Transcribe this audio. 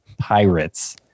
Pirates